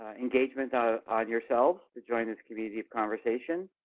ah engagement ah on yourselves to join this community of conversation.